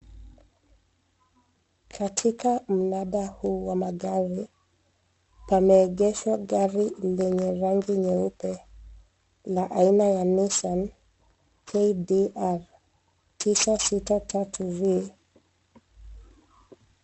Katika mnada huu wa magari, pameegeshwa gari lenye rangi nyeupe na aina ya Nissan KDR 963V.